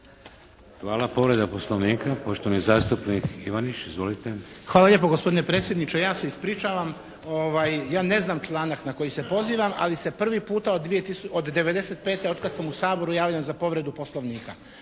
Hvala. Povreda poslovnika, poštovani zastupnik Ivaniš. Izvolite. **Ivaniš, Nikola (PGS)** Hvala lijepo gospodine predsjedniče. Ja se ispričavam. Ja ne znam članak na koji se pozivam ali se prvi puta od '95. od kad smo u Saboru javljam za povredu poslovnika.